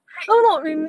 hide from